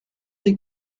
des